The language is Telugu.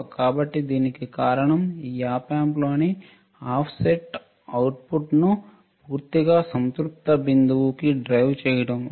కాబట్టి దీనికి కారణం ఈ Op Amp లోని ఆఫ్సెట్ అవుట్పుట్ను పూర్తిగా సంతృప్త బిందువు కి డ్రైవ్ చేయడం వల్ల